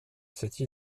cette